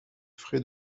frais